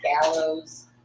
gallows